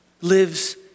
lives